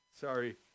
sorry